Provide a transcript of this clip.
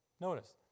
Notice